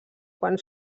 quan